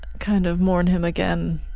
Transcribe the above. kind of mourn him again.